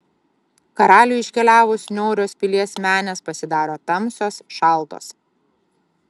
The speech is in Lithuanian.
karaliui iškeliavus niaurios pilies menės pasidaro tamsios šaltos